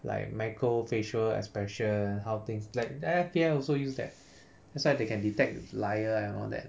like microscopic facial expression how things like the F_B_I also use that that's why they can detect liar and all that